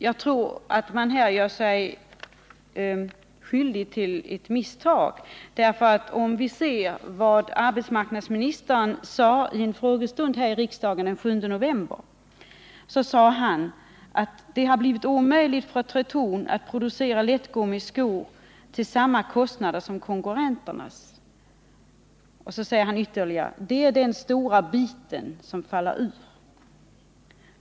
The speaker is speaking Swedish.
Jag tror att man här gör sig skyldig till ett misstag. I en frågestund här i riksdagen den 7 november påpekade arbetsmarknadsministern att det har blivit omöjligt för Tretorn att producera lättgummiskor till samma kostnad som konkurrenterna. Han påpekar att det är den stora biten som faller ur.